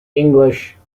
english